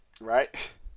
right